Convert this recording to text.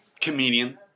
comedian